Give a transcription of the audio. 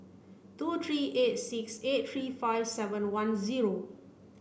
two three eight six eight three five seven one zero